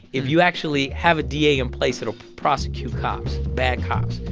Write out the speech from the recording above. if you actually have a da in place that will prosecute cops bad cops,